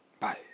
bye